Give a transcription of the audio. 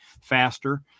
faster